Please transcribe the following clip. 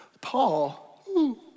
Paul